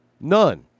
None